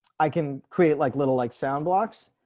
i can create like little like sound blocks.